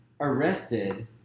arrested